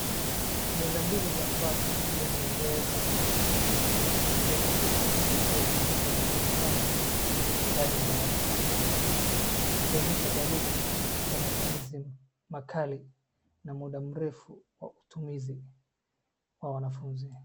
Meza mbili za mbao zilizozeeza zenye uso uliovunjikaaa zimesimama ndani ya darasa zikionyesha dalili za matumizi makali na muda mrefu wa utumizi na wanafunzi.